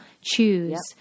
choose